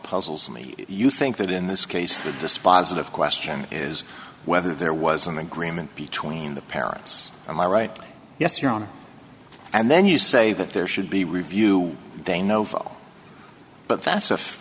puzzles me you think that in this case the dispositive question is whether there was an agreement between the parents and my right yes your honor and then you say that there should be review de novo but that's if